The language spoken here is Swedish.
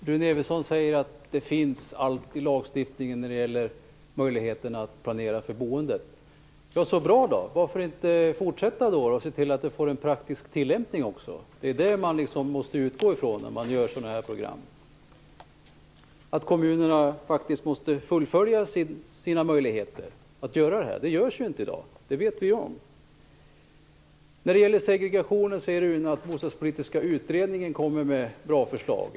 Fru talman! Rune Evensson säger att det alltid finns en lagstiftning när det gäller möjligheterna att planera för boendet. Så bra! Men varför då inte fortsätta och se till att detta kommer i praktisk tillämpning? När sådana här program görs måste man utgå från att kommunerna faktiskt fullgör sina möjligheter här. Så är det inte i dag; det vet vi. När det gäller segregationen säger Rune Evensson att Bostadspolitiska utredningen kommer med bra förslag.